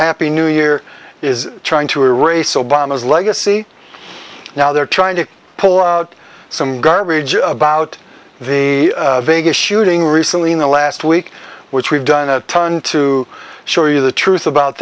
happy new year is trying to erase obama's legacy now they're trying to pull out some garbage about the vegas shooting recently in the last week which we've done a ton to show you the truth about